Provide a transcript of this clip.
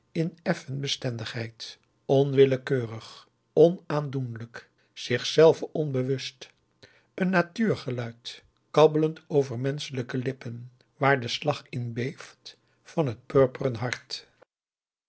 in effen bestendigheid onwillekeurig onaandoenlijk zichzelven onbewust een natuurgeluid kabbelend over menschelijke lippen waar de slag in beeft van het purperen hart